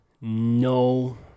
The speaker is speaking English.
No